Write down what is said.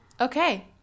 Okay